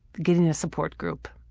getting a support group.